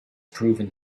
proven